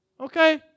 Okay